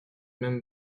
même